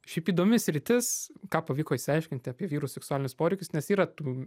šiaip įdomi sritis ką pavyko išsiaiškinti apie vyrų seksualinius poreikius nes yra tų